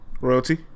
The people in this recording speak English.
Royalty